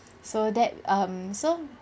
so that um so